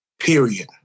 Period